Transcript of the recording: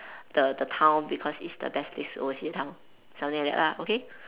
the the town because it's the best place to oversee the town something like that lah okay